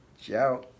Ciao